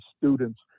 students